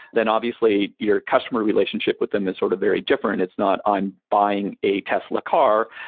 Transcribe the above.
then obviously your customer relationship with them is sort of very different. it's not i'm buying a tesla car,